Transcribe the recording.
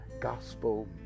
gospel